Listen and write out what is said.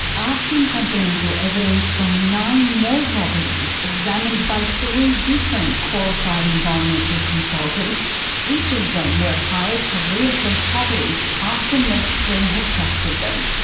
i've seen confidential evidence from nine more properties, examined by three different qualified environmental consultants each of them were hired to re-assess properties after meth screen had tested them.